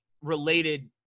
related